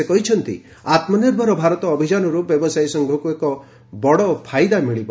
ସେ କହିଛନ୍ତି ଆତ୍କନିର୍ଭର ଭାରତ ଅଭିଯାନରୁ ବ୍ୟବସାୟୀ ସଂଘକୃ ଏକ ବଡ଼ ଫାଇଦା ମିଳିବ